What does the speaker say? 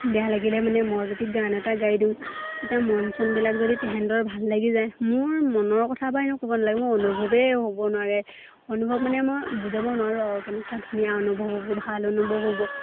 বেয়া লাগিলে মানে মই যদি গান এটা গাই দিওঁ তেতিয়া মন চনবিলাক যদি তাহাঁতৰ ভাল লাগি যায় মোৰ মনৰ কথা বা এনে ক'ব নালাগে মই অনুভৱেই হ'ব নোৱাৰে অনুভৱ মানে মই বুজাব নোৱাৰোঁ আৰু কেনেকুৱা ধুনীয়া অনুভৱ হ'ব ভাল অনুভৱ হ'ব